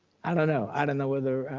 i don't know. i don't know whether